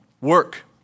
Work